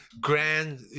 grand